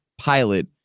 pilot